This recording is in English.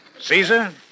Caesar